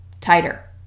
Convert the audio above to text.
tighter